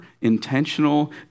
intentional